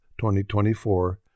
2024